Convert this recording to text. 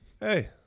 Hey